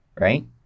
right